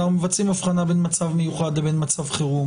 אנחנו מבצעים הבחנה בין מצב מיוחד לבין מצב חירום,